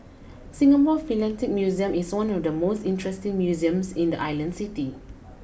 Singapore Philatelic Museum is one of the most interesting museums in the island city